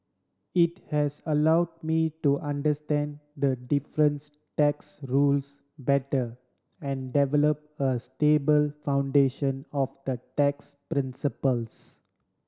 it has allow me to understand the difference tax rules better and develop a stable foundation of the tax principles